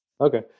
Okay